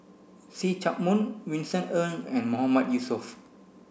See Chak Mun Vincent Ng and Mahmood Yusof